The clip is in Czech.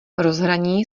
rozhraní